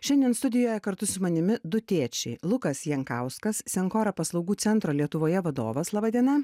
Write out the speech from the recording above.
šiandien studijoje kartu su manimi du tėčiai lukas jankauskas senkoro paslaugų centro lietuvoje vadovas laba diena